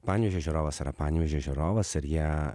panevėžio žiūrovas yra panevėžio žiūrovas ir jie